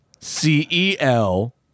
C-E-L